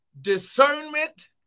discernment